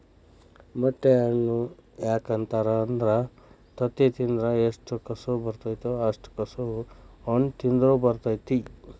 ಮೊಟ್ಟೆ ಹಣ್ಣು ಯಾಕ ಅಂತಾರ ಅಂದ್ರ ತತ್ತಿ ತಿಂದ್ರ ಎಷ್ಟು ಕಸು ಬರ್ತೈತೋ ಅಷ್ಟೇ ಕಸು ತತ್ತಿಹಣ್ಣ ತಿಂದ್ರ ಬರ್ತೈತಿ